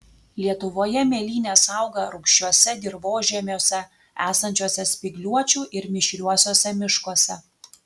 lietuvoje mėlynės auga rūgščiuose dirvožemiuose esančiuose spygliuočių ir mišriuosiuose miškuose